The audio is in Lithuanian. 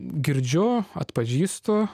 girdžiu atpažįstu